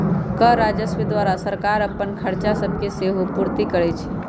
कर राजस्व द्वारा सरकार अप्पन खरचा सभके सेहो पूरति करै छै